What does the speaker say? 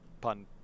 Pun